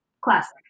classic